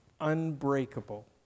unbreakable